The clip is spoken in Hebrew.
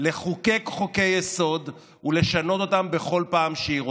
לחוקק חוקי-יסוד ולשנות אותם בכל פעם שהיא רוצה.